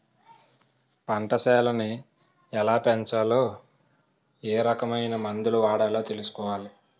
పంటసేలని ఎలాపెంచాలో ఏరకమైన మందులు వాడాలో తెలుసుకోవాలి